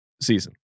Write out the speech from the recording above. season